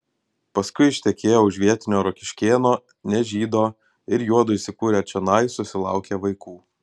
paskui ištekėjo už vietinio rokiškėno ne žydo ir juodu įsikūrę čionai susilaukė vaikų